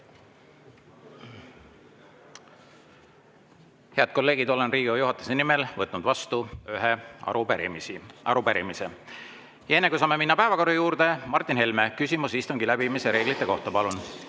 Head kolleegid, olen Riigikogu juhatuse nimel võtnud vastu ühe arupärimise. Enne, kui saame minna päevakorra juurde, on Martin Helmel küsimus istungi läbiviimise reeglite kohta. Palun!